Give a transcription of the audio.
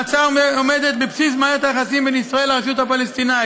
ההצעה עומדת בבסיס מערכת היחסים בין ישראל לרשות הפלסטינית.